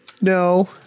No